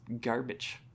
garbage